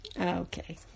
Okay